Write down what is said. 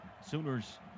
Sooners